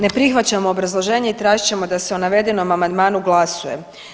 Ne prihvaćam obrazloženje i tražit ćemo da se o navedenom amandmanu glasuje.